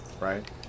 right